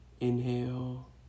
inhale